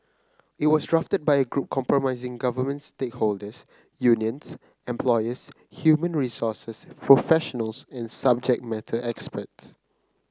it was drafted by a group comprising government stakeholders unions employers human resources professionals and subject matter experts